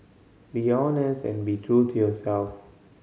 be honest and be true to yourself